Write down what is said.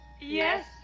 Yes